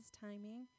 timing